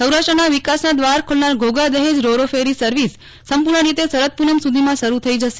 સૌરાષ્ટ્રનાં વિકાસના દ્વાર ખોલનાર Ghogha Dahej ro ro ferry service સંપૂર્ણ રીતે શરદ પૂનમ સુધીમાં શરૂ થઇ જશે